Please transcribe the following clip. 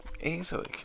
Easily